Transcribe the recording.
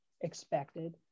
expected